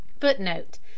Footnote